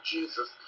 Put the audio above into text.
Jesus